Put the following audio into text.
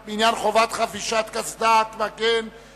(חובת חבישת קסדה של בגיר בדרך בין-עירונית,